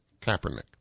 Kaepernick